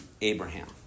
Abraham